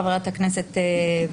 חברת הכנסת ברק.